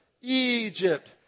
Egypt